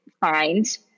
find